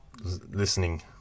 listening